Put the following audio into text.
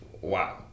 Wow